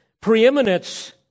preeminence